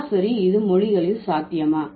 சராசரி இது மொழிகளில் சாத்தியமா